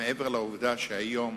מעבר לעובדה שהיום